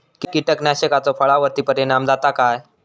कीटकनाशकाचो फळावर्ती परिणाम जाता काय?